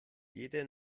jede